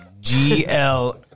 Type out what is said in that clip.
G-L